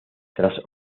tras